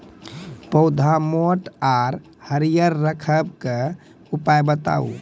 पौधा मोट आर हरियर रखबाक उपाय बताऊ?